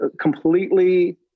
completely